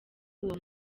uwo